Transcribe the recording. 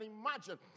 imagine